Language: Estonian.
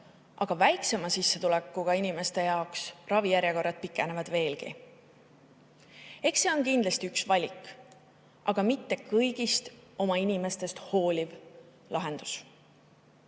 aga väiksema sissetulekuga inimeste jaoks ravijärjekorrad pikenevad veelgi. Eks see on kindlasti üks valik, aga mitte kõigist oma inimestest hooliv lahendus. Jäik